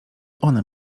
one